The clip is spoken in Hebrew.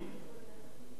בצד המצרי,